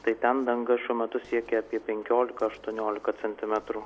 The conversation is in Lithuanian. tai ten danga šiuo metu siekia apie penkiolika aštuoniolika centimetrų